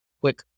quick